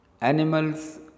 Animals